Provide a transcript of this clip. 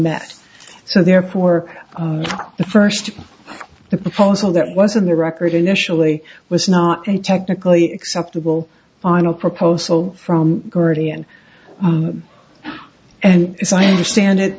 met so therefore the first the proposal that was in the record initially was not a technically acceptable final proposal from guardian and as i understand it